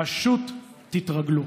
פשוט תתרגלו.